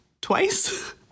twice